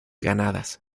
ganadas